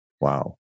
Wow